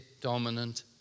dominant